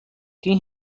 quem